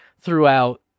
throughout